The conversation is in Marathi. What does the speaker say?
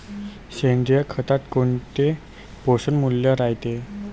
सेंद्रिय खतात कोनचे पोषनमूल्य रायते?